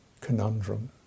conundrum